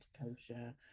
kosher